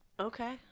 Okay